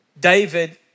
David